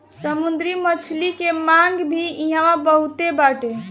समुंदरी मछली के मांग भी इहां बहुते बाटे